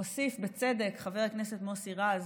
הוסיף, בצדק, חבר הכנסת מוסי רז